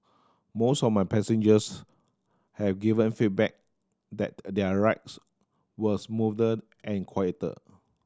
most of my passengers have given feedback that their rides were smoother and quieter